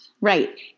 Right